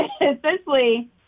essentially